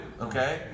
okay